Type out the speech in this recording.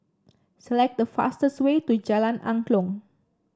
select the fastest way to Jalan Angklong